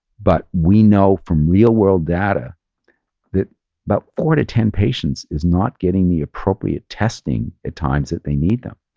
but we know from real world data that about four to ten patients is not getting the appropriate testing at times that they need them.